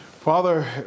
Father